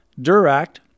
Duract